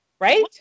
right